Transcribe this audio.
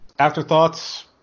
Afterthoughts